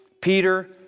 Peter